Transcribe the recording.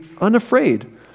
unafraid